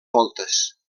voltes